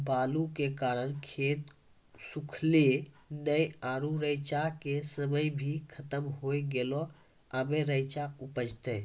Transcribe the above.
बालू के कारण खेत सुखले नेय आरु रेचा के समय ही खत्म होय गेलै, अबे रेचा उपजते?